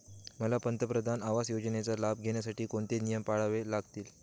मला पंतप्रधान आवास योजनेचा लाभ घेण्यासाठी कोणते नियम पाळावे लागतील?